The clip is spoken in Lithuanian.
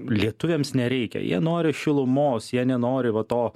lietuviams nereikia jie nori šilumos jie nenori va to